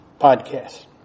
podcast